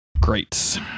Great